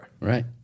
Right